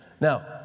Now